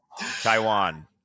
Taiwan